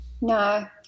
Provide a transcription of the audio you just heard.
No